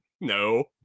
No